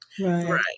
Right